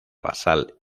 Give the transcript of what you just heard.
basal